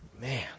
Man